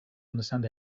understand